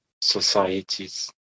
societies